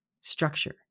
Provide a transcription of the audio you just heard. Structure